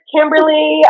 Kimberly